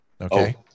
okay